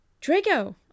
Draco